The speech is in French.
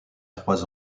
trois